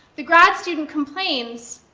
the grad student complains,